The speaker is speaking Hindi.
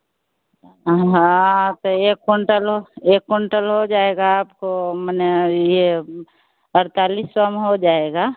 हाँ तो एक कुंटल लो एक कुंटल हो जाएगा आपको मन्ने यह अड़तालीस सौ में हो जाएगा